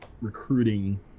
recruiting